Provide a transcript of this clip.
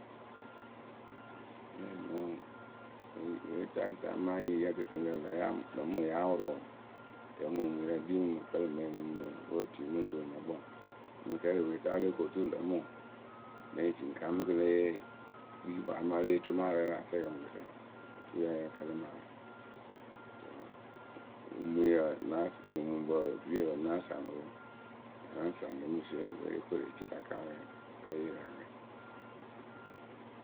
mee mɨ wɨpwetaakǝ sa amaa yǝ kɨtɨŋkǝ lǝ mɨ ŋwɨ ya wʊrʊ wǝǝ adɛ mumuyǝ ɗe kpii mɨ ŋ mɨ kǝlɨ mɨ ŋwɨ mee mɨŋ mɨ pɨ otuyǝ mɨ ŋ nuŋ rɨ nǝ kpǝŋ. Mɨ kɛrɩpwetaayǝ lǝ ko tu lǝ mɨ ŋwɨ ne ci ŋ kaŋ mɨ kɨ le kpii kpaa amaa kɨ le yee cʊmaỳǝ rɛ rɨ atɛɛkǝ mɨŋkɨsa wǝǝ oturu ya yǝ kǝl̀ɨ mɨ awɛ. kɨto wǝǝ mumuyǝ na saŋ omumupǝ viepǝ náa saŋ mɨ pɨ, a na saŋ lǝ mɨ zeenɨpǝ we yo koru eci la kaŋ wɛ kǝ́ yée re awɛ.